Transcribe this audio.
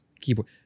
keyboard